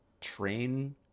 train